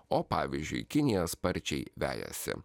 o pavyzdžiui kinija sparčiai vejasi